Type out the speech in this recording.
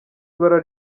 ibara